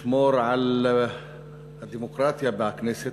לשמור על הדמוקרטיה בכנסת,